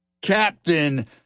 Captain